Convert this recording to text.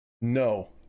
No